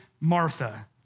Martha